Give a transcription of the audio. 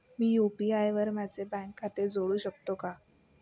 मी UPI वर माझे bank खाते जोडू शकतो का?